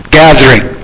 gathering